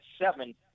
seven